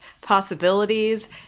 possibilities